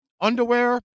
underwear